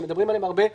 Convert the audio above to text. שמדברים עליהם הרבה,